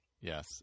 Yes